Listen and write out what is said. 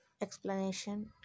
explanation